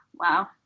Wow